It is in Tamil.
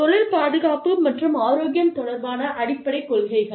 தொழில் பாதுகாப்பு மற்றும் ஆரோக்கியம் தொடர்பான அடிப்படைக் கொள்கைகள்